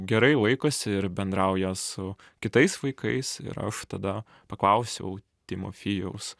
gerai laikosi ir bendrauja su kitais vaikais ir aš tada paklausiau timofijaus